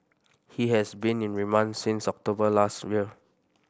he has been in remand since October last year